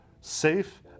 safe